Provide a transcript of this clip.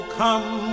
come